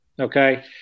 Okay